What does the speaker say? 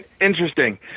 Interesting